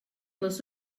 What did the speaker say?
les